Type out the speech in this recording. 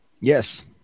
yes